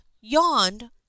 yawned